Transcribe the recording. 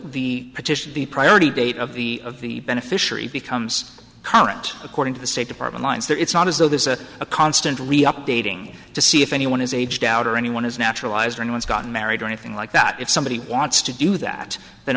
the petition the priority date of the of the beneficiary becomes current according to the state department lines there it's not as though there's a a constant re updating to see if anyone has aged out or anyone is naturalized or no one's gotten married or anything like that if somebody wants to do that then